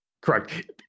Correct